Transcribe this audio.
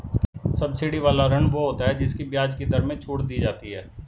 subsidy वाला ऋण वो होता है जिसकी ब्याज की दर में छूट दी जाती है